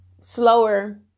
Slower